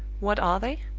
what are they?